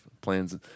plans